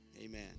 Amen